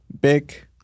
Big